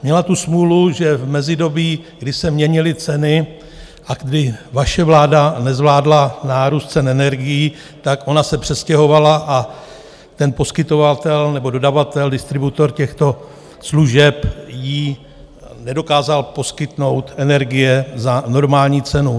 Měla tu smůlu, že v mezidobí, kdy se měnily ceny a kdy vaše vláda nezvládla nárůst cen energií, ona se přestěhovala a poskytovatel nebo dodavatel, distributor těchto služeb jí nedokázal poskytnout energie za normální cenu.